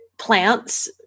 plants